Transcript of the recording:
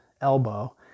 elbow